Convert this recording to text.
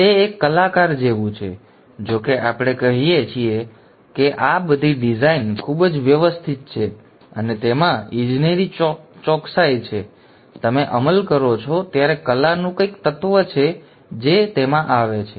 અને તે એક કલાકાર જેવું છે જો કે આપણે કહીએ છીએ કે આ બધી ડિઝાઇન ખૂબ જ વ્યવસ્થિત છે અને તેમાં ઇજનેરી ચોકસાઇ છે જ્યારે તમે અમલ કરો છો ત્યારે કલાનું કંઈક તત્વ છે જે તેમાં આવે છે